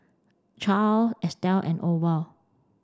Charle Estell and Orval